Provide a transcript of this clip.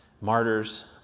martyrs